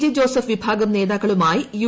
J Joseph വിഭാഗം നേതാക്കളുമായി U